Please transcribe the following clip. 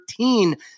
13